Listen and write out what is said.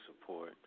support